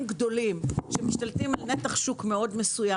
גדולים שמשתלטים על נתח שוק מאוד מסוים,